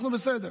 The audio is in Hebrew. אנחנו בסדר.